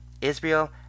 Israel